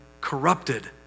corrupted